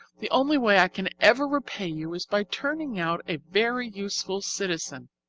the only way i can ever repay you is by turning out a very useful citizen